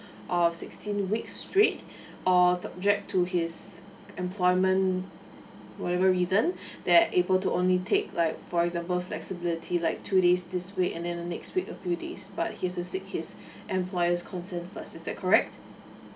of sixteen weeks straight or subject to his employment whatever reason that able to only take like for example flexibility like two days this week and then the next week a few days but he has to seek his employers concern first is that correct